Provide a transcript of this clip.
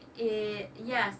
eh ya